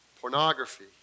pornography